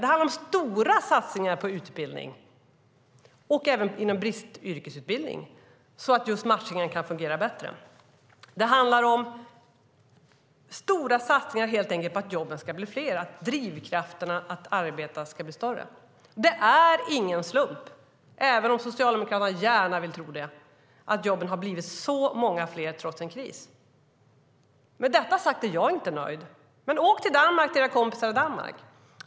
Det handlar om stora satsningar på utbildning, även inom bristyrkena så att matchningen ska fungera bättre. Det handlar om stora satsningar helt enkelt för att jobben ska bli fler, att drivkrafterna att arbeta ska bli större. Det är ingen slump, även om Socialdemokraterna gärna vill tro det, att jobben blivit så många fler trots en kris. Med detta sagt är jag inte nöjd. Åk till era kompisar i Danmark!